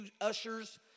ushers